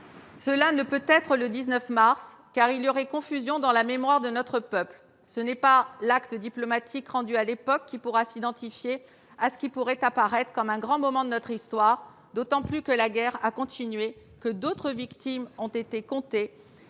la date du 19 mars, car « il y aurait confusion dans la mémoire de notre peuple. Ce n'est pas l'acte diplomatique rendu à l'époque qui pourrait s'identifier à ce qui pourrait apparaître comme un grand moment de notre histoire, d'autant plus que la guerre a continué, que d'autres victimes ont été comptées